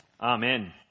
Amen